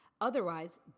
Otherwise